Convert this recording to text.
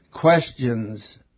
questions